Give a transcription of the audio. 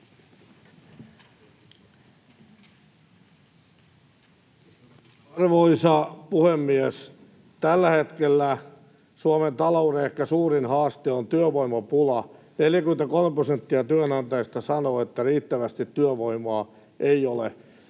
Arvoisa puhemies! Tällä hetkellä Suomen talouden ehkä suurin haaste on työvoimapula: 43 prosenttia työnantajista sanoo, että riittävästi työvoimaa ei ole